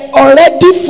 already